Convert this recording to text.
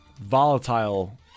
volatile